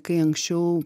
kai anksčiau